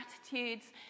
attitudes